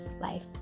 life